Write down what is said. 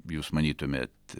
jūs manytumėt